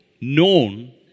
known